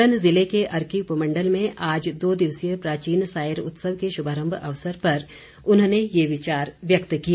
सोलन जिले के अर्की उपमंडल में आज दो दिवसीय प्राचीन सायर उत्सव के शुभारंभ अवसर पर उन्होंने ये विचार व्यक्त किए